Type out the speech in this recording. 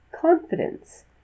confidence